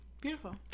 beautiful